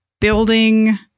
building –